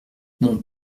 mon